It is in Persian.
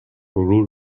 غرور